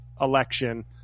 election